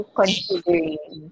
considering